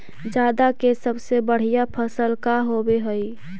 जादा के सबसे बढ़िया फसल का होवे हई?